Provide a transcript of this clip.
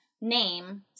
name